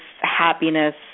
happiness